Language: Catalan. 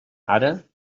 ara